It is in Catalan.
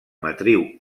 matriu